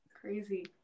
Crazy